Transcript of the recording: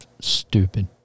stupid